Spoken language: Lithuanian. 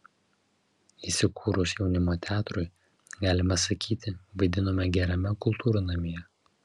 įsikūrus jaunimo teatrui galima sakyti vaidinome gerame kultūrnamyje